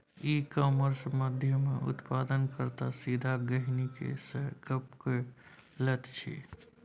इ कामर्स माध्यमेँ उत्पादन कर्ता सीधा गहिंकी सँ गप्प क लैत छै